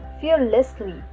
fearlessly